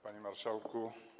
Panie Marszałku!